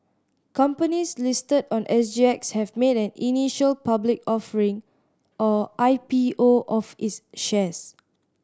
companies listed on S G X have made an initial public offering or I P O of its shares